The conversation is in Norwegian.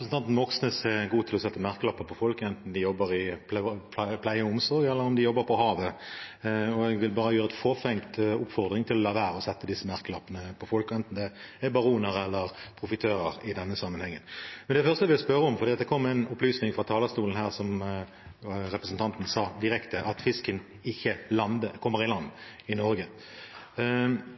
til å sette merkelapper på folk, enten de jobber i pleie- og omsorgssektoren, eller de jobber på havet. Jeg vil bare komme med en fåfengt oppfordring om å la være å sette disse merkelappene på folk, enten det er baroner eller profitører i denne sammenhengen. Det første jeg vil spørre om, er følgende: Det kom en opplysning direkte fra representanten Moxnes her fra talerstolen om at fisken ikke kommer i land i Norge.